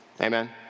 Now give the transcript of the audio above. Amen